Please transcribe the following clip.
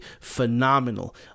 phenomenal